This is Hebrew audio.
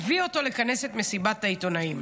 הביא אותו לכנס את מסיבת העיתונאים.